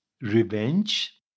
revenge